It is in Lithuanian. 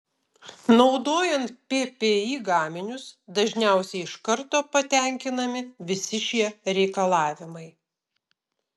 naudojant ppi gaminius dažniausiai iš karto patenkinami visi šie reikalavimai